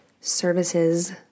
services